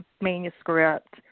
manuscript